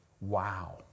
Wow